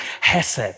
hesed